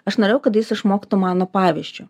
aš norėjau kad jis išmoktų mano pavyzdžiu